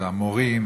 המורים,